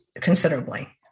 considerably